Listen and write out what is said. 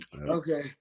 Okay